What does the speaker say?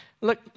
look